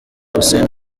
hussein